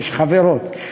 שיש חברות,